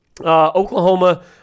Oklahoma